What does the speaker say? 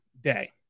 day